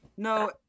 No